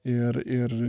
ir ir